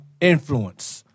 influence